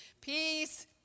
Peace